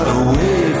away